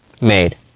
made